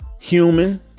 human